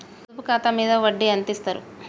పొదుపు ఖాతా మీద వడ్డీ ఎంతిస్తరు?